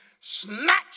snatch